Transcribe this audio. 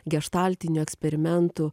geštaltinių eksperimentų